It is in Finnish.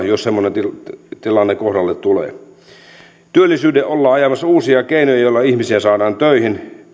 jos semmoinen tilanne kohdalle tulee työllisyyteen ollaan ajamassa uusia keinoja joilla ihmisiä saadaan töihin